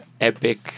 epic